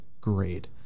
Great